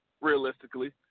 realistically